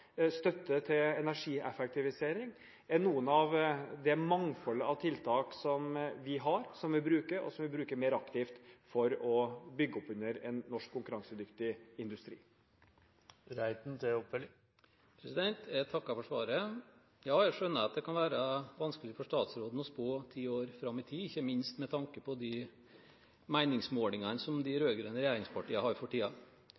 støtte til energieffektivisering er noe av det mangfoldet av tiltak som vi har, som vi bruker, og som vi bruker mer aktivt, for å bygge opp under en norsk konkurransedyktig industri. Jeg takker for svaret. Ja, jeg skjønner at det kan være vanskelig for statsråden å spå ti år fram i tid, ikke minst med tanke på de meningsmålingene som de